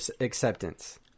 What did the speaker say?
Acceptance